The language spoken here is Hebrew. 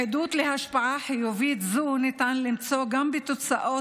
עדות להשפעה חיובית זו ניתן למצוא גם בתוצאות